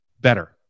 better